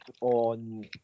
on